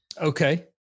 Okay